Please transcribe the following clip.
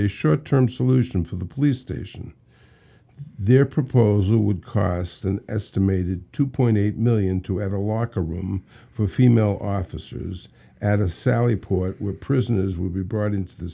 a short term solution for the police station their proposal would cost an estimated two point eight million to have a locker room for female officers at a sally port where prisoners would be brought into the